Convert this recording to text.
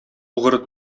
угры